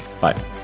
Bye